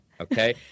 okay